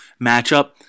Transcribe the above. matchup